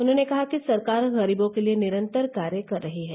उन्होंने कहा कि सरकार गरीबों के लिये निरन्तर कार्य कर रही है